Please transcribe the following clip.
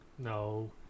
No